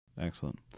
Excellent